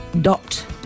dot